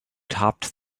topped